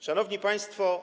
Szanowni Państwo!